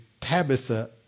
Tabitha